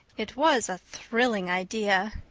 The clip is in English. it was a thrilling idea.